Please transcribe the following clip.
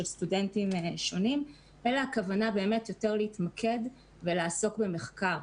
סטודנטים שונים, אלא הכוונה להתמקד ולעסוק במחקר.